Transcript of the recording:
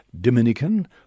Dominican